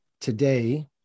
Today